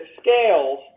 scales